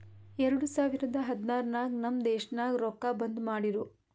ಎರಡು ಸಾವಿರದ ಹದ್ನಾರ್ ನಾಗ್ ನಮ್ ದೇಶನಾಗ್ ರೊಕ್ಕಾ ಬಂದ್ ಮಾಡಿರೂ